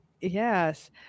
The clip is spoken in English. Yes